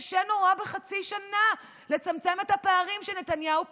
קשה נורא בחצי שנה לצמצם את הפערים שנתניהו פתח.